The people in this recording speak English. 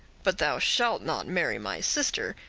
but thou shalt not marry my sister,